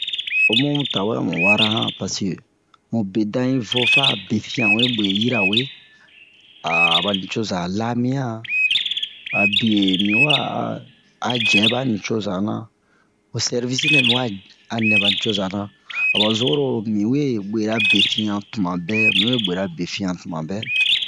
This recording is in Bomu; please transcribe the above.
homu mu tawɛ amu wara han paseke mu bedan yi vo fa befiyan we ɓwe yirawe aba nucoza lamiyan abe mi wa a jɛ ɓa nucoza na ho sɛrvisi nɛ miwa a nɛ ɓa nucoza na aba zun oro miwe ɓwera befiyan tuma ɓɛ mi wee ɓwera befiyan tuma ɓɛ